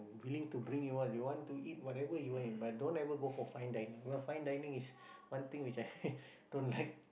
willing to bring you all you all want to eat whatever you want but don't ever go for fine dining fine dining is one thing which I don't like